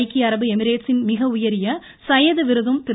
ஐக்கிய அரபு எமிரேடஸின் மிக உயரிய சையீது விருதும் திரு